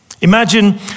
Imagine